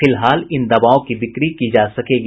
फिलहाल इन दवाओं की बिक्री की जा सकेगी